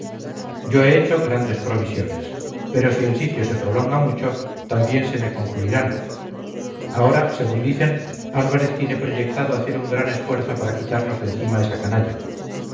yo he hecho grandes provisiones pero si el sitio se prolonga mucho también se me concluirán ahora según dicen álvarez tiene proyectado hacer un gran esfuerzo para quitarnos de encima esa canalla